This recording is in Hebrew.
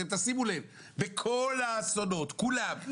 בכל האסונות אתם משלמים